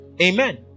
Amen